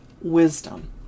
wisdom